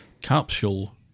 capsule